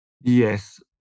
Yes